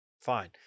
Fine